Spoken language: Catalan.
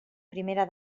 primera